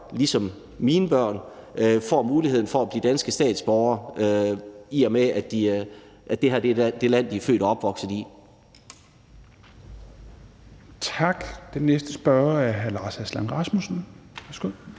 ligesom mine børn får muligheden for at blive danske statsborgere, i og med at det er det her land, de er født og opvokset i.